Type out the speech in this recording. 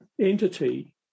entity